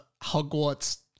Hogwarts